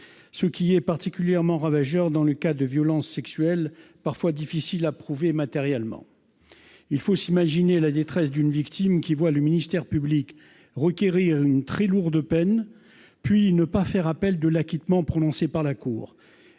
ce qui est particulièrement ravageur dans les cas de violences sexuelles, parfois difficiles à prouver matériellement. Il faut s'imaginer la détresse d'une victime qui voit le ministère public requérir une très lourde peine, puis ne pas faire appel de l'acquittement prononcé par la cour.